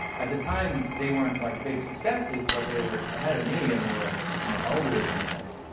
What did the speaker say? at the time they weren't like big successes, but they were ahead of me. and they were like my elders in a sense.